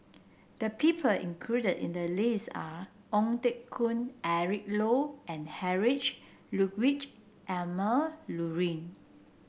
the people included in the list are Ong Teng Koon Eric Low and Heinrich Ludwig Emil Luering